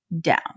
down